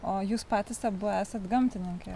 o jūs patys abu esat gamtininkai